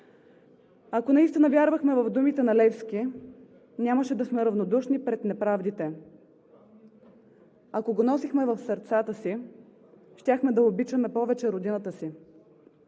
Ако наистина вярвахме в думите на Левски, нямаше да сме равнодушни пред неправдите. Ако го носехме в сърцата си, щяхме да обичаме повече родината си.